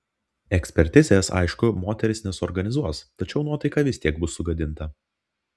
ekspertizės aišku moteris nesuorganizuos tačiau nuotaika vis tiek bus sugadinta